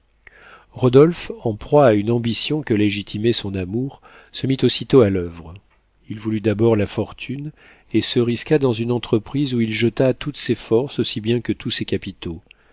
rodolphe en proie à une ambition que légitimait son amour se mit aussitôt à l'oeuvre il voulut d'abord la fortune et se risqua dans une entreprise où il jeta toutes ses forces aussi bien que tous ses capitaux